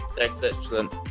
Excellent